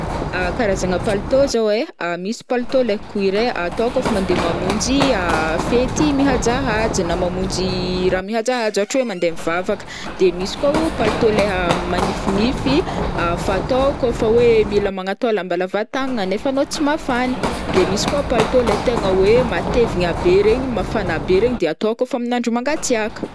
Karazagna palitao zao ai misy palitao leha cuir ai atao kaofa mandeha mamonjy fety mihajahaja na mamonjy raha mihajahaja ohatra hoe mandeha mivavaka de misy koa o palitao leha manifinify fatao kaofa hoe mila magnatao lamba lava tagnagna nefa anao tsy mafana de misy koa palitao le tegna hoe matevigna be regny mafana be regny de atao kaofa amin'andro mangatsiàka.